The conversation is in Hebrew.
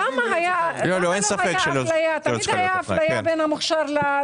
תמיד הייתה אפליה בין המוכשר.